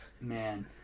Man